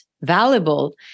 valuable